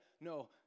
No